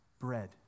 Bread